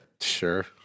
Sure